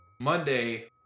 Monday